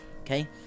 Okay